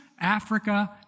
Africa